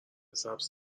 سبز